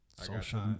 social